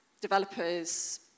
developers